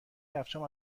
کفشهام